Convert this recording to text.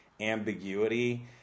ambiguity